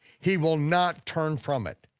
he will not turn from it.